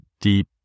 deep